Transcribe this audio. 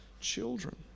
children